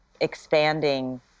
expanding